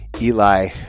Eli